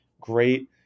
Great